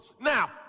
now